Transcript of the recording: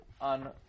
on